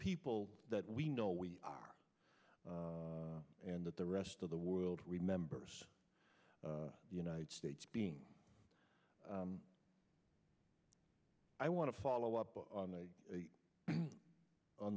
people that we know we are and that the rest of the world remembers the united states being i want to follow up on the